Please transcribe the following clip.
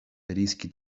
риски